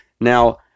now